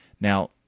Now